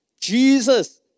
Jesus